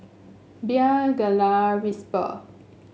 Bia Gelare Whisper